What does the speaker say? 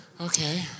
Okay